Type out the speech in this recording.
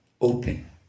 Open